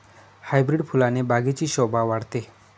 hybrid फुलाने बागेची शोभा वाढते